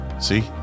see